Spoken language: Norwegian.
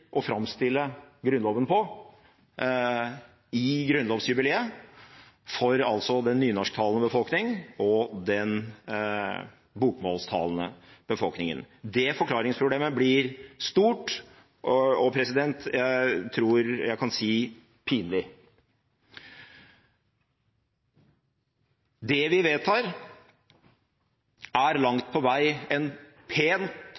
å framstille Grunnloven på – i grunnlovsjubileet – for henholdsvis den nynorsktalende og den bokmålstalende befolkningen. Det forklaringsproblemet blir stort og – jeg tror jeg kan si – pinlig. Det vi vedtar, er